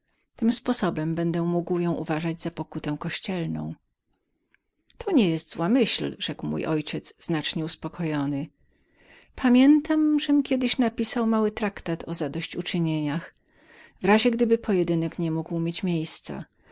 tym sposobem będę mógł ją uważać za pokutę kościelną to nie jest zła myśl rzekł mój ojciec znacznie uspokojony pamiętam żem kiedyś napisał mały traktat o zadosyć uczynieniach w razie gdyby pojedynek niemógł mieć miejsca